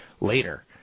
later